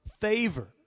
favor